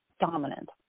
dominant